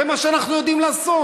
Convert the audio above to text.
זה מה שאנחנו יודעים לעשות.